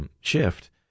shift